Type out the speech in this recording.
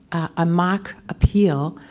a mock appeal,